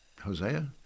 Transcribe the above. Hosea